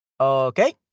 Okay